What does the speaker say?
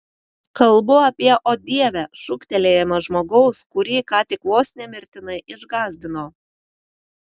kalbu apie o dieve šūktelėjimą žmogaus kurį ką tik vos ne mirtinai išgąsdino